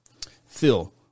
Phil